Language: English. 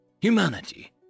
Humanity